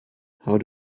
how